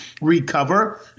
recover